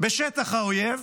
בשטח האויב,